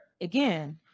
again